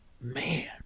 Man